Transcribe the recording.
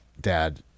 Dad